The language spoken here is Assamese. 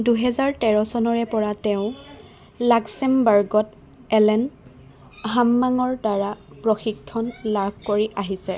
দুহেজাৰ তেৰ চনৰেপৰা তেওঁ লাক্সেমবাৰ্গত এলেন হামমাঙৰদ্বাৰা প্ৰশিক্ষণ লাভ কৰি আহিছে